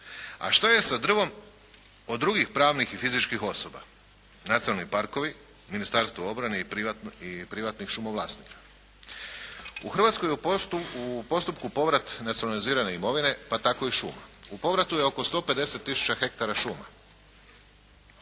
A što je sa drvom od drugih pravnih i fizičkih osoba? Nacionalni parkovi, Ministarstvo obrane i privatnih šumovlasnika. U Hrvatskoj je u postupku povrat nacionalizirane imovine pa tako i šuma. U povratu je oko 150 tisuća hektara šuma